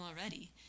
already